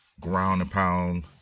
ground-and-pound